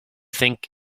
think